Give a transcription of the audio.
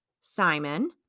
Simon